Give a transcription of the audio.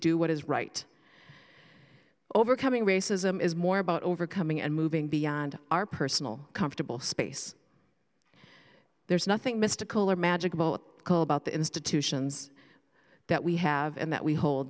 do what is right overcoming racism is more about overcoming and moving beyond our personal comfortable space there's nothing mystical or magical about the institutions that we have and that we hold